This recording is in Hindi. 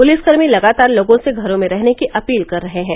पुलिसकर्मी लगातार लोगों से घरों में रहने की अपील कर रहे थे